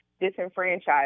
disenfranchised